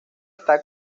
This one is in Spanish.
está